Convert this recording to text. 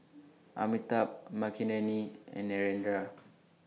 Amitabh Makineni and Narendra